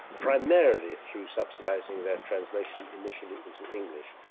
primarily through subsidizing their translation initially into english,